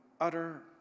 utter